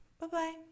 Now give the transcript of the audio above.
Bye-bye